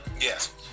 Yes